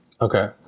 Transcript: Okay